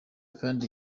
kandi